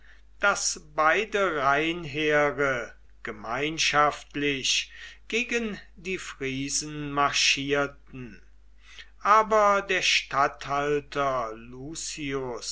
daß beide rheinheere gemeinschaftlich gegen die friesen marschierten aber der statthalter lucius